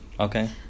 Okay